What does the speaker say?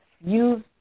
use